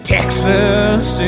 Texas